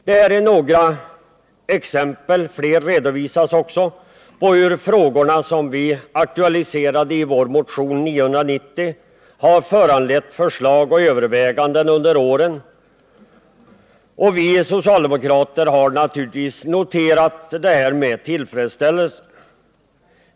Detta är några exempel bland många på hur de frågor som vi aktualiserade i vår motion 990 har föranlett förslag och överväganden under året, och vi socialdemokrater har naturligtvis noterat detta med tillfredsställelse.